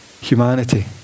humanity